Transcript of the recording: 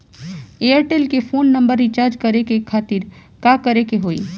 Airtel के phone number recharge करे के खातिर का करे के होई?